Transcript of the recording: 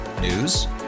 News